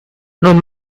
non